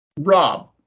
Rob